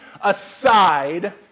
aside